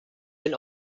been